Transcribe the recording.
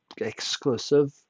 exclusive